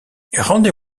rendez